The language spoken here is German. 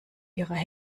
ihrer